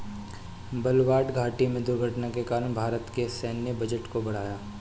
बलवान घाटी में दुर्घटना के कारण भारत के सैन्य बजट को बढ़ाया